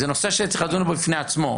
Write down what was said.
זה נושא שצריך לדון בו בפני עצמו,